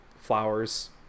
flowers